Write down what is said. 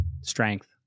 strength